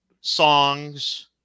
songs